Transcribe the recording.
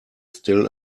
still